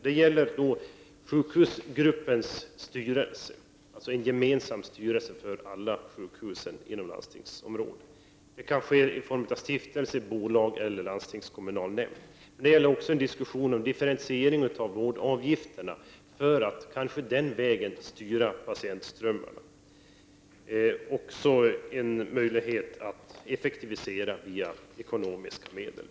Det gäller sjukhusgruppens styrelse, dvs. en gemensam styrelse för alla sjukhus inom landstingsområdet. Det kan vara en stiftelse, ett bolag eller en landstingskommunal nämnd. Det gäller också en diskussion om differentiering av vårdavgifterna. På den vägen skulle man kanske kunna styra patientströmmarna. Det är en möjlighet att effektivisera via ekonomiska medel.